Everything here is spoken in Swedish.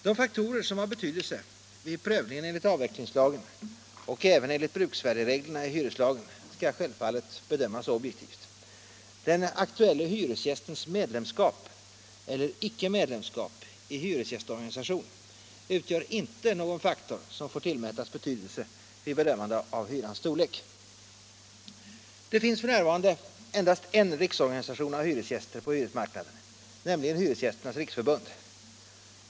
De faktorer som har betydelse vid prövningen enligt avvecklingslagen och även enligt bruksvärdesreglerna i hyreslagen skall självfallet bedömas objektivt. Den aktuelle hyresgästens medlemskap eller icke-medlemskap i hyresgästorganisation utgör inte någon faktor som får tillmätas betydelse vid bedömande av hyrans storlek. Det finns f. n. endast en riksorganisation av hyresgäster på hyresmarknaden, nämligen Hyresgästernas riksförbund.